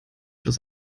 bloß